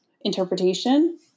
interpretation